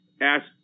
ask